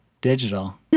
digital